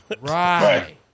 Right